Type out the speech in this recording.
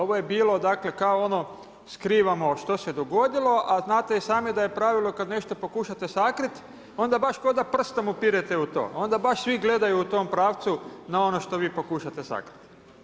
Ovo je bilo dakle kao ono skrivamo što se dogodilo, a znate i sami da je pravilo kad nešto pokušate sakriti onda baš kao da prstom upirete u to, onda baš svi gledaju u tom pravcu na ono što vi pokušate sakriti.